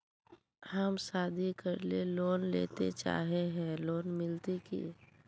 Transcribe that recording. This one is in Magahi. हम शादी करले लोन लेले चाहे है लोन मिलते की?